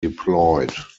deployed